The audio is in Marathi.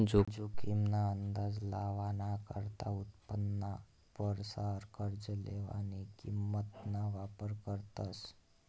जोखीम ना अंदाज लावाना करता उत्पन्नाना परसार कर्ज लेवानी किंमत ना वापर करतस